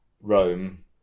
Rome